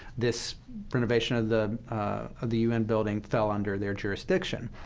this renovation of the of the u n. building, fell under their jurisdiction.